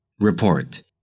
Report